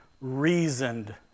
reasoned